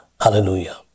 hallelujah